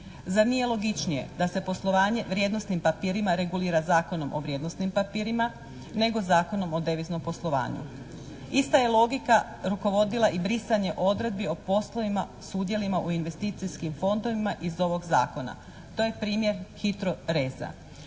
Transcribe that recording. Zar nije logičnije da se poslovanje vrijednosnim papirima regulira Zakonom o vrijednosnim papirima nego Zakonom o deviznom poslovanju. Ista je logika rukovodila i brisanje odredbi o poslovima s udjelima u investicijskim fondovima iz ovog zakona. To je primjer HITRO.REZ-a.